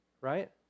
right